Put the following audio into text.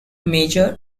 major